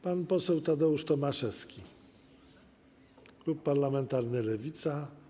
Pan poseł Tadeusz Tomaszewski, klub parlamentarny Lewica.